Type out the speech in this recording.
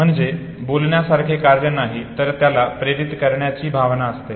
म्हणजे हे बोलण्यासारखे कार्य नाही तर त्याला प्रेरित करणारी भावना असते